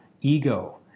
ego